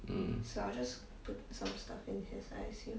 mm